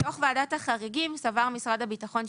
בתוך ועדת החריגים סבר משרד הביטחון,